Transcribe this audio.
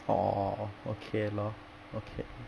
orh o~ okay lor okay